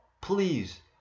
please